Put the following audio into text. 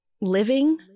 living